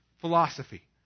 philosophy